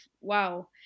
wow